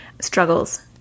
struggles